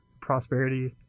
prosperity